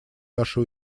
наши